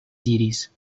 diris